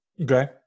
Okay